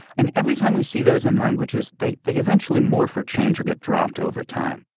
and every time we see those in languages, they they eventually morph or change or get dropped over time.